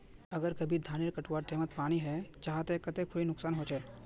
अगर कभी धानेर कटवार टैमोत पानी है जहा ते कते खुरी नुकसान होचए?